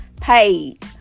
paid